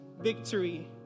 victory